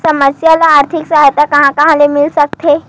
समस्या ल आर्थिक सहायता कहां कहा ले मिल सकथे?